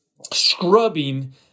scrubbing